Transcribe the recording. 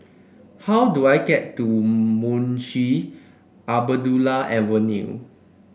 how do I get to Munshi Abdullah Avenue